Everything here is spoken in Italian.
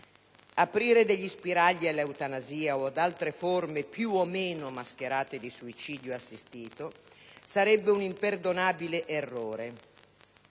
Aprire degli spiragli all'eutanasia o ad altre forme più o meno mascherate di suicidio assistito sarebbe un imperdonabile errore.